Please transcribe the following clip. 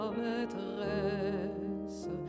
maîtresse